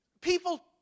People